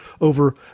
over